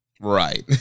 Right